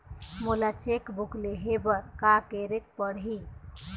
मोला cheque book लेहे बर का केरेक पढ़ही?